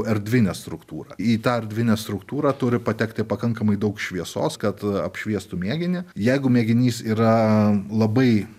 erdvinę struktūrą į tą erdvinę struktūrą turi patekti pakankamai daug šviesos kad apšviestų mėginį jeigu mėginys yra labai